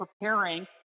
preparing